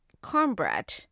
cornbread